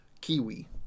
Kiwi